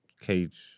cage